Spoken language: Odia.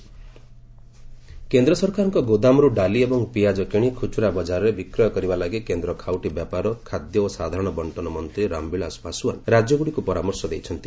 ପାଶ୍ୱାନ ପଲ୍ସେସ କେନ୍ଦ୍ର ସରକାରଙ୍କ ଗୋଦାମରୁ ଡାଲି ଏବଂ ପିଆଜ କିଣି ଖୁଚୁରା ବଜାରରେ ବିକ୍ରୟ କରିବା ଲାଗି କେନ୍ଦ୍ର ଖାଉଟି ବ୍ୟାପାର ଖାଦ୍ୟ ଓ ସାଧାରଣ ବକ୍ଷନ ମନ୍ତ୍ରୀ ରାମବିଳାସ ପାଶ୍ୱାନ ରାଜ୍ୟଗୁଡ଼ିକୁ ପରାମର୍ଶ ଦେଇଛନ୍ତି